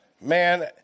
man